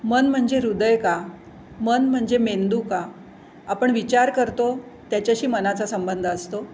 मन म्हणजे हृदय का मन म्हणजे मेंदू का आपण विचार करतो त्याच्याशी मनाचा संबंध असतो